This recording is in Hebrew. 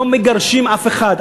לא מגרשים אף אחד.